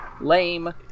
Lame